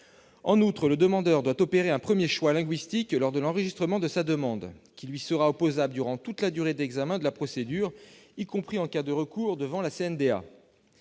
En outre, le demandeur doit opérer un premier choix linguistique lors de l'enregistrement de sa demande, qui lui sera opposable durant toute la durée d'examen de la procédure, y compris en cas de recours devant la CNDA.